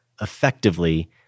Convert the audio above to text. effectively